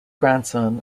grandson